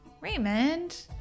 Raymond